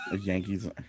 Yankees